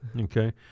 okay